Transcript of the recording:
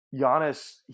Giannis